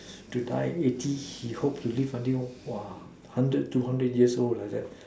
to die eighty he hope to live until !wah! a hundred two hundred years old like that